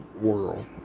world